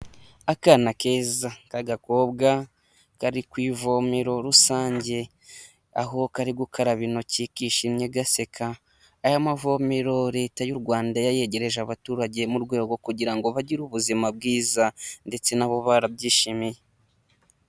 Akana keza k'agakobwa, kari ku ivomero rusange, aho kari gukaraba intoki kishimye, gaseka, aya mavomero leta y'u Rwanda yayegereje abaturage mu rwego kugira ngo bagire ubuzima bwiza, ndetse n'abo barabyishimiye.